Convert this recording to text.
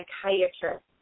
psychiatrist